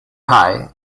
high